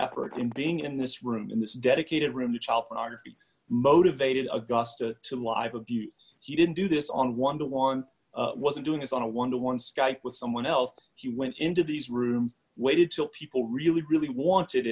in being in this room in this dedicated room to child pornography motivated augusta to live abuse he didn't do this on one to one was a doing this on a one to one strike with someone else he went into these rooms waited till people really really wanted